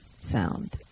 sound